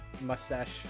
mustache